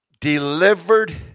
delivered